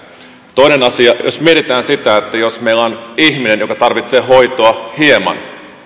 toinen asia jos mietitään sitä että meillä on ihminen joka tarvitsee hieman hoitoa niin